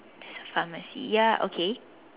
pharmacy ya okay